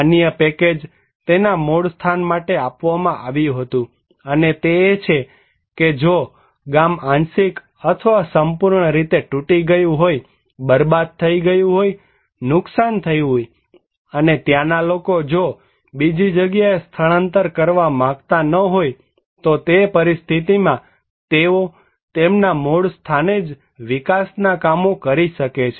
અન્ય પેકેજ તેના મૂળ સ્થાન માટે આપવામાં આવ્યું હતું અને તે એ છે કે જો ગામ આંશિક અથવા સંપૂર્ણ રીતે તૂટી ગયું હોય બરબાદ થઈ ગયું હોય નુકસાન થયું હોય અને ત્યાંના લોકો જો બીજી જગ્યાએ સ્થળાંતર કરવા માંગતા ન હોય તો તે પરિસ્થિતિમાં તેઓ તેમના મૂળ સ્થાને જ વિકાસ ના કામો કરી શકે છે